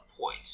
point